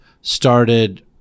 started